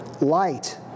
light